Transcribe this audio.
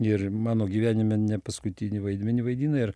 ir mano gyvenime nepaskutinį vaidmenį vaidina ir